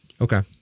Okay